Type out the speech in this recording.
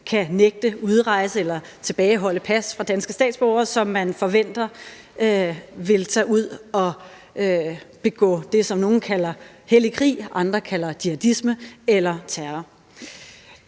kan nægte udrejse eller tilbageholde pas fra danske statsborgere, som man forventer vil tage ud og begå det, som nogle kalder hellig krig, og som andre kalder jihadisme eller terror.